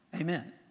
Amen